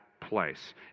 place